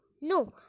No